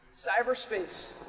Cyberspace